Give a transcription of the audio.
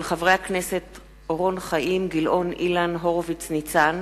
מאת חבר הכנסת חיים אורון וקבוצת חברי הכנסת,